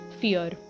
fear